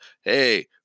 hey